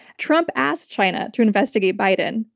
trump asked china to investigate biden.